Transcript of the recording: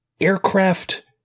aircraft